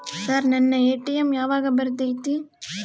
Sir ನನ್ನ ATM ಯಾವಾಗ ಬರತೈತಿ?